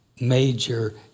Major